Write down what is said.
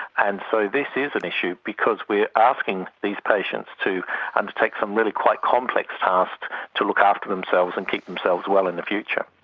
and so this is an issue because we are asking these patients to undertake some really quite complex tasks to look after themselves and keep themselves well in the future.